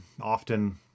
often